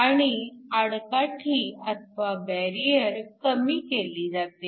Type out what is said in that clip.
आणि आडकाठी अथवा बॅरिअर कमी केली जाते